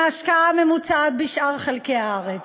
מהשקעה ממוצעת בשאר חלקי הארץ.